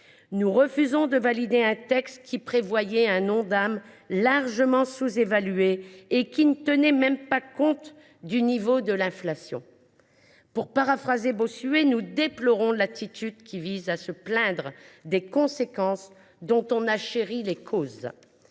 Nous refusons de valider un texte qui prévoyait un Ondam largement sous évalué et qui ne tenait même pas compte du niveau de l’inflation. Pour paraphraser Bossuet, nous déplorons l’attitude qui vise à se plaindre des conséquences dont on a chéri les causes.